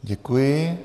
Děkuji.